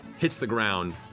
hits the ground,